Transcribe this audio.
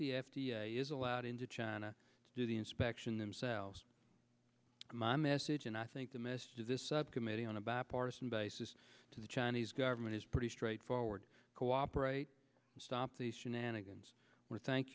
the f d a is allowed into china to do the inspection themselves my message and i think the midst of this subcommittee on a bipartisan basis to the chinese government is pretty straightforward cooperate to stop these shenanigans with thank